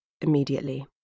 immediately